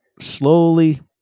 slowly